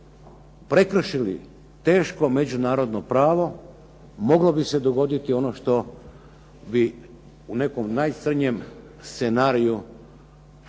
prekršili teško međunarodno pravo moglo bi se dogoditi ono što bi u nekom najcrnjem scenariju